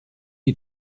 you